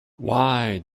why